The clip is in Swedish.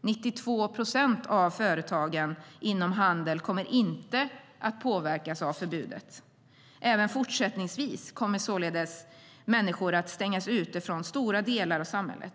92 procent av företagen inom handeln kommer inte att påverkas av förbudet. Även fortsättningsvis kommer således människor att stängas ute från stora delar av samhället.